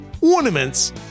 ornaments